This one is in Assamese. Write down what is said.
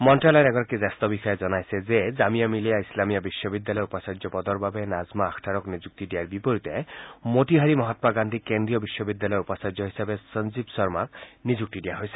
মন্তালয়ৰ এগৰাকী জ্যেষ্ঠ বিষয়াই জনাইছে যে জামিয়া মিলিয়া ইছলামিয়া বিশ্ববিদ্যালয়ৰ উপাচাৰ্য পদৰ বাবে নাজমা আখতাৰক নিযুক্তি দিয়াৰ বিপৰীতে মতিহাৰী মহামা গান্ধী কেন্দ্ৰীয় বিশ্ববিদ্যলয়ৰ উপাচাৰ্য হিচাপে সঞ্জীৱ শৰ্মক নিযুক্তি দিছে